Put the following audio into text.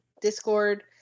Discord